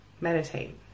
meditate